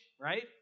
right